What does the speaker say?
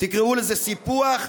תקראו לזה סיפוח,